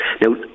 Now